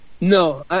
No